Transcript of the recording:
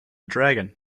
dragon